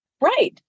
Right